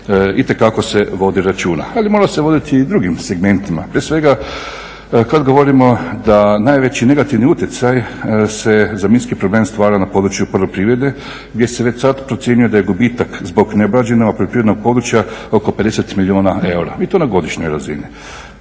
itekako vodi računa ali mora se voditi i u drugim segmentima, prije svega kada govorimo da najveći negativni utjecaj se za minski problem stvara na području poljoprivrede, gdje se već sada procjenjuje da je gubitak zbog neobrađenog poljoprivrednog područja oko 50 milijuna eura i to na godišnjoj razini.